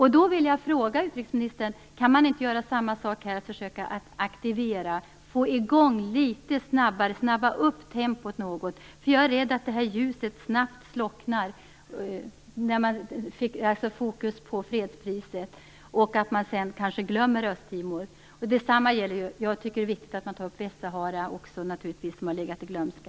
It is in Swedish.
Kan man inte göra samma sak här och aktivera och även snabba upp tempot något? Jag är rädd att ljuset annars snabbt slocknar - jag tänker då på fokuseringen på fredspriset - och att man sedan kanske glömmer Östtimor. Dessutom tycker jag naturligtvis att det är viktigt att man tar upp Västsahara, en fråga som länge legat i glömska.